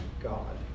God